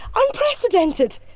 unprecedented!